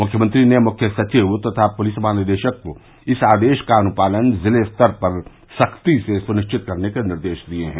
मुख्यमंत्री ने मुख्य सविव तथा पूलिस महानिदेशक को इस आदेश का अनुपालन जिले स्तर पर सख्ती से सुनिश्चित करने के निर्देश दिए हैं